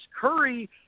Curry